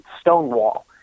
Stonewall